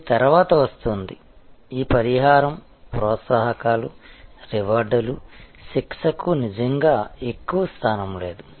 ఇది తర్వాత వస్తుంది ఈ పరిహారం ప్రోత్సాహకాలు రివార్డులు శిక్షకు నిజంగా ఎక్కువ స్థానం లేదు